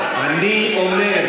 אני אומר,